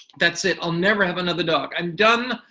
that's it, i'll never have another dog. i'm done.